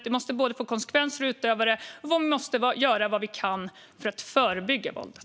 Det måste få konsekvenser för utövarna, och vi måste göra vad vi kan för att förebygga våldet.